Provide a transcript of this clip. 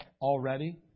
already